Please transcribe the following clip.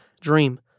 dream